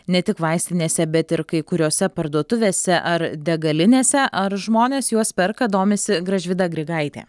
ne tik vaistinėse bet ir kai kuriose parduotuvėse ar degalinėse ar žmonės juos perka domisi gražvyda grigaitė